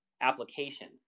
application